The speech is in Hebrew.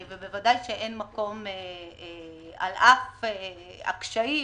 ועל אף הקשיים